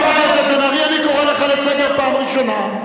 אני קורא אותך לסדר פעם ראשונה.